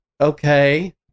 okay